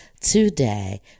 today